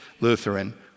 Lutheran